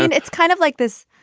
and it's kind of like this.